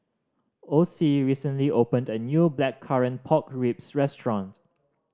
Ocie recently opened a new Blackcurrant Pork Ribs restaurant